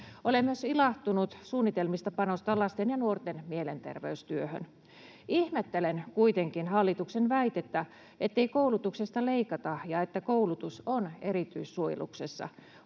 Olen myös ilahtunut suunnitelmista panostaa lasten ja nuorten mielenterveystyöhön. Ihmettelen kuitenkin hallituksen väitettä, ettei koulutuksesta leikata ja että koulutus on erityissuojeluksessa.